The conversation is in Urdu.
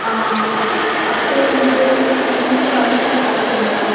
آپ سے مجھے سسٹم کے بارے میں کچھ بات کرنی تھی